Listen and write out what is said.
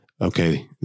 okay